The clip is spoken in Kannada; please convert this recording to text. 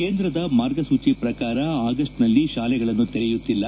ಕೇಂದ್ರದ ಮಾರ್ಗಸೂಚಿ ಪ್ರಕಾರ ಆಗಸ್ಟ್ ನಲ್ಲಿ ಶಾಲೆಗಳನ್ನು ತೆರೆಯುತ್ತಿಲ್ಲ